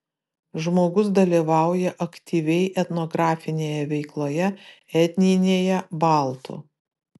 žmogus dalyvauja aktyviai etnografinėje veikloje etninėje baltų